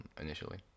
Initially